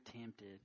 tempted